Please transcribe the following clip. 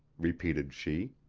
repeated she.